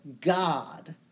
God